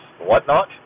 whatnot